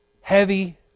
Heavy